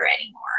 anymore